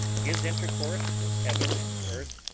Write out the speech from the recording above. his intercourse with heaven and earth,